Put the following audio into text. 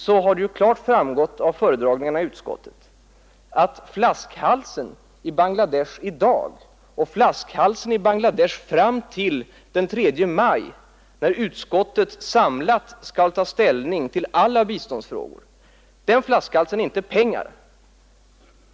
Vidare har det klart framgått av föredragningarna i utskottet att flaskhalsen i Bangladesh i dag och fram till den 3 maj, när utskottet skall ta ställning till alla biståndsfrågor, är inte pengar.